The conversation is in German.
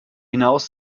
hinaus